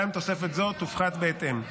גם תוספת זו תופחת בהתאם.